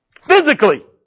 Physically